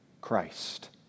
Christ